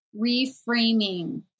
reframing